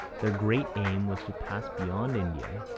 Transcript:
their great aim was to pass beyond india,